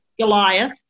goliath